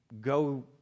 go